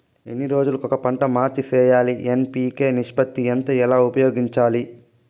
ఎన్ని రోజులు కొక పంట మార్చి సేయాలి ఎన్.పి.కె నిష్పత్తి ఎంత ఎలా ఉపయోగించాలి?